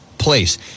place